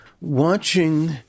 watching